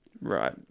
Right